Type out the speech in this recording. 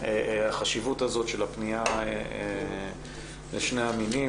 הייתה החשיבות הזאת של הפנייה לשני המינים.